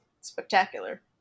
spectacular